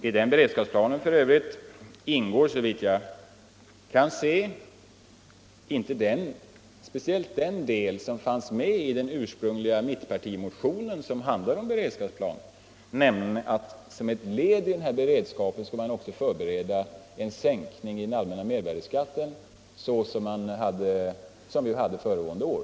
I den planen ingår f. ö., såvitt jag kan se, inte den del som fanns med i mittenpartimotionen och som handlade om beredskapsplanen, nämligen att som ett led i denna beredskap skulle man också förbereda en sänkning av mervärdeskatten, som vi ju hade föregående år.